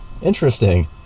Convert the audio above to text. Interesting